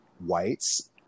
whites